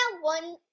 one